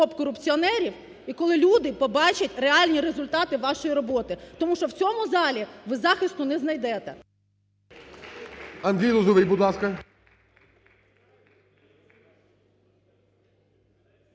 і коли люди побачать реальні результати вашої роботи. Тому що в цьому залі ви захисту не знайдете.